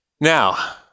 Now